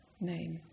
name